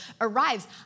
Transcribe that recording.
arrives